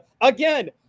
Again